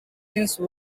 since